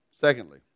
secondly